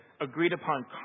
agreed-upon